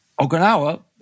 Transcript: Okinawa